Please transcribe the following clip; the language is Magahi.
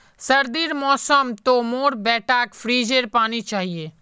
सर्दीर मौसम तो मोर बेटाक फ्रिजेर पानी चाहिए